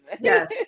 yes